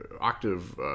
octave